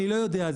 אני לא יודע.